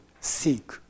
seek